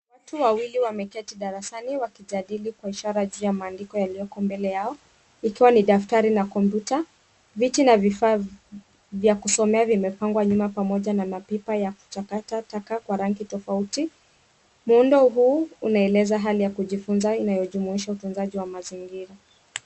Watu wawili wameketi darasani wakijatili kwa ishara juu ya maandiko yalioko mbele yao. Ikiwa tafatari la kompyuta viti na vifaa vya kusomea vimepangwa nyuma pamoja na mapipa ya kuchakata taka kwa rangi tafauti, muundo huu unaeleza hali ya kujifunza unaojumuisha utunzaji ya mazingira.